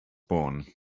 born